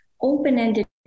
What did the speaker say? open-ended